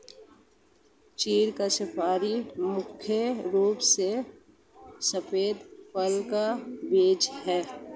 चीढ़ की सुपारी मुख्य रूप से सफेद फल का बीज है